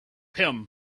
him